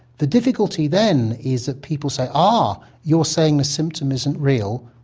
the difficulty then is that people say ah, you're saying the symptom isn't real,